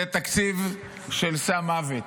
זה תקציב של סם מוות.